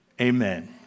Amen